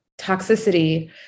toxicity